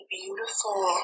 beautiful